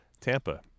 Tampa